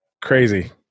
crazy